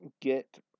get